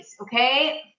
okay